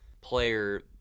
player